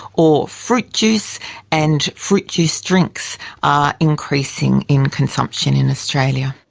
or fruit juice and fruit juice drinks are increasing in consumption in australia.